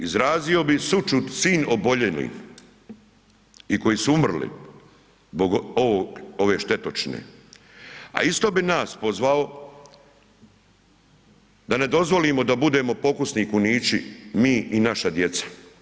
Izrazio bi sućut svim oboljelim i koji su umrli zbog ovog, ove štetočine, a isto bi nas pozvao da ne dozvolimo da budemo pokusni kunići, mi i naša djeca.